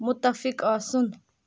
مُتفِق آسُن